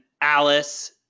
Alice